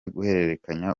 guhererekanya